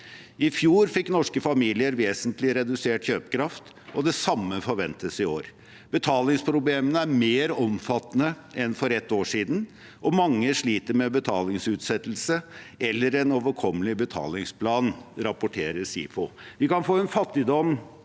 I fjor fikk norske familier vesentlig redusert kjøpekraft, og det samme forventes i år. Betalingsproblemene er mer omfattende enn for ett år siden, og mange sliter med betalingsutsettelse eller en overkommelig betalingsplan, rapporterer SIFO. Vi kan få en fattigdom